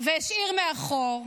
והשאיר מאחור.